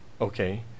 Okay